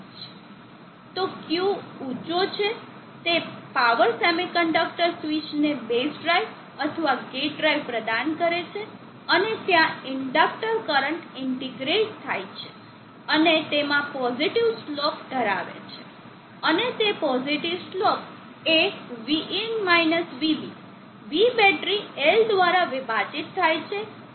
તો Q is ઉંચો છે તે આ પાવર સેમિકન્ડક્ટર સ્વીચને બેઝ ડ્રાઇવ અથવા ગેટ ડ્રાઇવ પ્રદાન કરે છે અને ત્યાં ઇન્ડકટર કરંટ ઈન્ટીગ્રૅટ થાય છે અને તેમાં પોઝિટીવ સ્લોપ ધરાવે છે અને તે પોઝિટીવ સ્લોપ એ vin vB v battery L દ્વારા વિભાજિત થાય છે